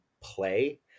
play